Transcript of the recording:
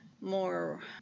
more